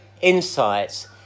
insights